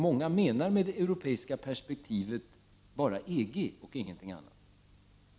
Med det europeiska perspektivet menar många bara EG och ingenting annat.